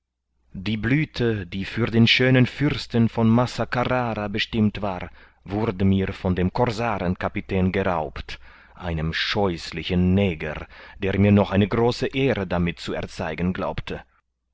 die blüte die für den schönen fürsten von massa carrara bestimmt war wurde mir von dem korsarenkapitän geraubt einem scheußlichen neger der mir noch eine große ehre damit zu erzeigen glaubte